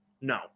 No